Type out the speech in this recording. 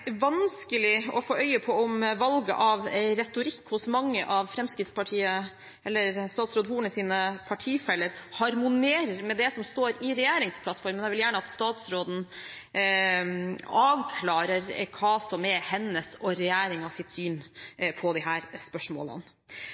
vanskelig å få øye på om valget av retorikk hos mange av statsråd Hornes partifeller harmonerer med det som står i regjeringsplattformen. Jeg vil gjerne at statsråden avklarer hva som er hennes og regjeringens syn på disse spørsmålene.